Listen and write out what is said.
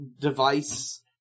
device